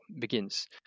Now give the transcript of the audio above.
begins